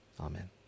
Amen